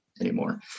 anymore